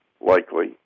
likely